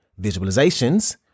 Visualizations